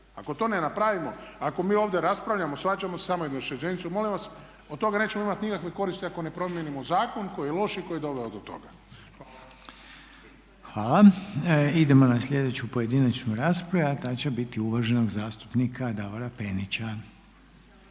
Ako to ne napravimo, ako mi ovdje raspravljamo, svađamo se, samo još jednu rečenicu molim vas, od toga nećemo imati nikakve koristi ako ne promijenimo zakon koji je loš i koji je doveo do toga. **Reiner, Željko (HDZ)** Hvala. Idemo na sljedeću pojedinačnu raspravu, a ta će biti uvaženog zastupnika Davora Penića.